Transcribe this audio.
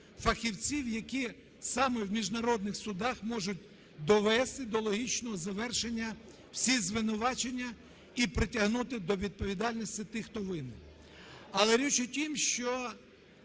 фахівців, які саме в міжнародних судах можуть довести до логічного завершення всі звинувачення і притягнути до відповідальності тих, хто винний. Але річ в тім, що